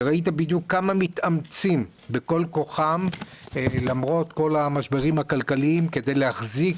וראית בדיוק כמה מתאמצים בכל כוחם למרות כל המשברים הכלכליים כדי להחזיק